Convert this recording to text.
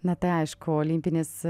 na tai aišku olimpinis